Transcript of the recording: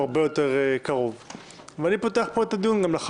שלוש שנים קדימה ופורש אותו באותן שלוש שנים,